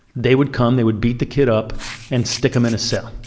they would come, they would beat the kid up and stick them in a cell.